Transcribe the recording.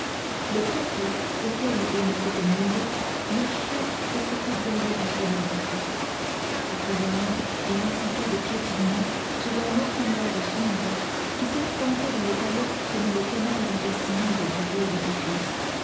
le peuple auquel il s'était mêlé marchait et se coudoyait en silence après un lent et insipide piétinement sous un long couloir sombre qui serpentait dans le palais comme le canal intestinal du vieil édifice